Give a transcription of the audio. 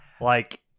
Like-